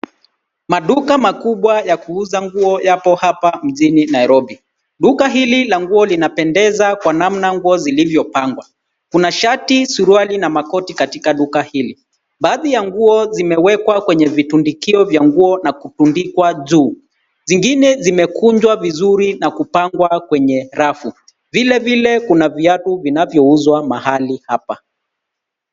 Maduka makubwa ya kuuza nguo yapo hapa mjini nairobi. Duka hili la nguo linapendeza kwa namna nguo zilivyopangwa. Kuna shati, suruali na makoti katika duka hili. Baadhi ya nguo zimewekwa kwenye vitundikio vya nguo nakutundikwa juu. Zingine zimekunjwa vizuri na kupangwa kwenye rafu. Vile vile kuna viatu vinavyouzwa mahali hapa.